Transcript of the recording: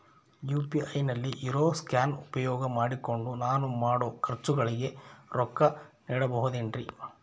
UPI ನಲ್ಲಿ ಇರೋ scan ಉಪಯೋಗ ಮಾಡಿಕೊಂಡು ನಾನು ಮಾಡೋ ಖರ್ಚುಗಳಿಗೆ ರೊಕ್ಕ ನೇಡಬಹುದೇನ್ರಿ?